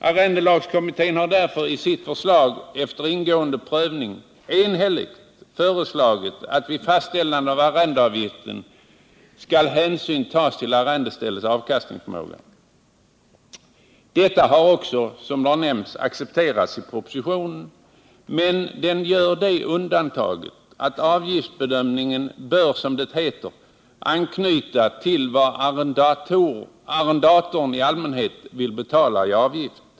Arrendelagskommittén har därför i sitt förslag efter ingående prövning enhälligt föreslagit att vid fastställande av arrendeavgift hänsyn skall tagas till arrendeställets avkastningsförmåga. Detta har också, som nämnts, accepterats i propositionen. Men där görs det undantaget att avgiftsbedömningen bör, som det heter, anknyta till vad arrendatorn i allmänhet vill betala i avgift.